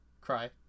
Cry